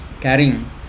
carrying